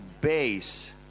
base